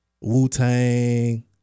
Wu-Tang-